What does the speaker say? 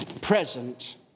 present